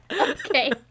Okay